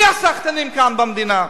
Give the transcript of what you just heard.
מי הסחטנים כאן במדינה?